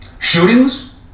Shootings